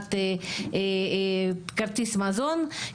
לקבלת כרטיס מזון,